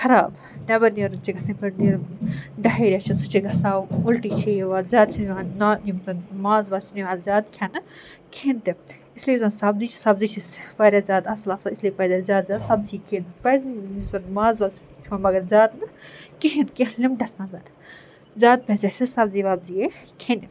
خراب نٮ۪بَر نیرُن چھِ گژھان یِتھٕ پٲٹھۍ یہِ ڈَہیٚرِیا چھِ سُہ چھِ گژھان اُلٹی چھِ یِوان زیادٕ چھِ یِوان نا یِم زَن ماز واز چھِ یِوان زیادٕ کھٮ۪نہٕ کِہیٖنٛۍ تہِ اِسلیے یُس زَن سَبزی چھِ سَبزی چھِ واریاہ زیادٕ اَصٕل آسان اِسلیے پَزِ اَسہِ زیادٕ زیادٕ سَبزی کھیٚنۍ پَزِ یُس زَن ماز واز کھیوٚان مگر زیادٕ نہٕ کِہیٖنٛۍ کیٚنٛہہ لِمٹَس منٛز زیادٕ پَزِ اَسہِ سَبزی وَبزے کھیٚنہِ